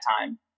time